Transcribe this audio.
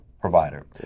provider